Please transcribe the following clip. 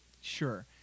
Sure